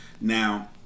Now